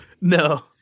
No